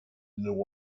new